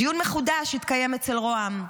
דיון מחודש התקיים אצל רה"מ.